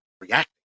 reacting